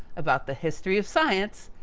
about the history of science,